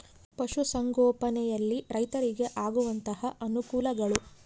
ಪಶುಸಂಗೋಪನೆಯಲ್ಲಿ ರೈತರಿಗೆ ಆಗುವಂತಹ ಅನುಕೂಲಗಳು?